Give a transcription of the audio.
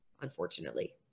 unfortunately